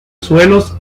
suelos